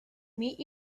meet